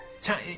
Time